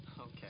Okay